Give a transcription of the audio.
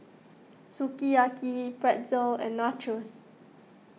Sukiyaki Pretzel and Nachos